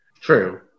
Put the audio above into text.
True